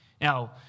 Now